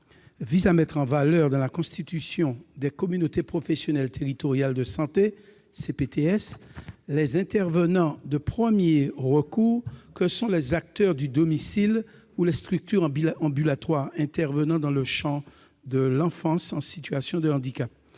vise à mettre en valeur dans la constitution des communautés professionnelles territoriales de santé, ou CPTS, les intervenants de premier recours que sont les acteurs du domicile ou les structures ambulatoires intervenant dans le champ de l'enfance en situation de handicap.